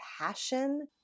passion